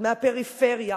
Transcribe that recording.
מהפריפריה,